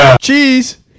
Cheese